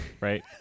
right